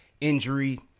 injury